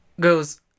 goes